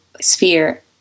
sphere